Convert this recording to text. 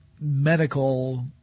medical